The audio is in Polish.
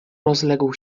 rozległ